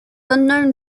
unknown